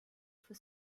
for